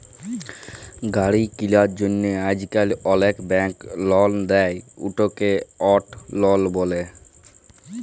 গাড়ি কিলার জ্যনহে আইজকাল অলেক ব্যাংক লল দেই, উটকে অট লল ব্যলে